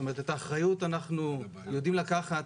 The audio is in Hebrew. זאת אומרת, את האחריות אנחנו יודעים לקחת.